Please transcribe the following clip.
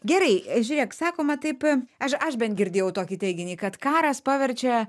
gerai žiūrėk sakoma taip aš aš bent girdėjau tokį teiginį kad karas paverčia